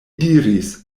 diris